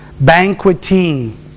banqueting